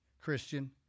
Christian